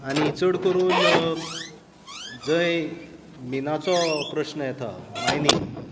आनी चड करून जय मिनाचो प्रस्न येता मायनींग